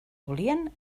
volien